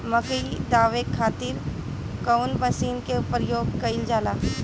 मकई दावे खातीर कउन मसीन के प्रयोग कईल जाला?